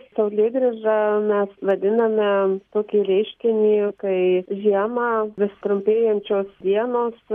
saulėgrįža mes vadiname tokį reiškinį kai žiemą vis trumpėjančios dienos